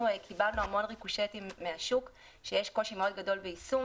אנחנו קיבלנו המון ריקושטים מהשוק שיש קושי מאוד גדול ביישום